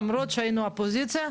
למרות שהיינו אופוזיציה,